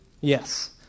yes